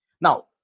Now